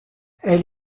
elle